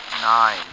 Nine